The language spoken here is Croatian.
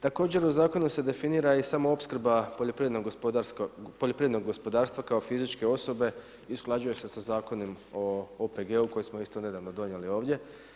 Također, u zakonu se definira i samoopskrba poljoprivrednog gospodarstva kao fizičke osobe i usklađuje se sa Zakonom o OPG koji smo isto nedavno donijeli ovdje.